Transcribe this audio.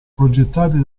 progettati